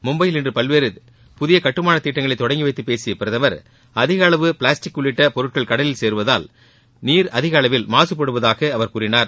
மும்பையில் இன்று பல்வேறு புதிய கட்டுமானத் திட்டங்களை தொடங்கி வைத்துப் பேசிய பிரதமர் அதிக அளவு பிளாஸ்டிக் உள்ளிட்ட பொருட்கள் கடலில் சேருவதால் நீர் அதிகளவில் மாசுப்படுவதாக அவர் கூறினார்